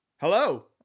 Hello